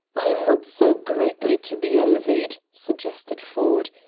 i'm not so greatly to be envied, suggested ford.